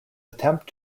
attempt